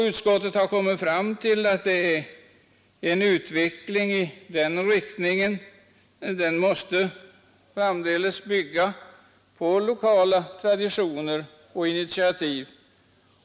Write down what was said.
Utskottet har kommit fram till att en utveckling i den riktningen framdeles måste bygga på lokala traditioner och initiativ.